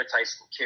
Tyson